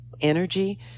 energy